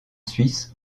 suisse